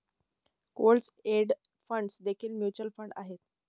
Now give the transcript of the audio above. closed end funds देखील mutual fund आहेत